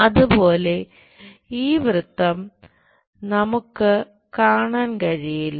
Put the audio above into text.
അതുപോലെ ഈ വൃത്തം നമുക്ക് കാണാൻ കഴിയില്ല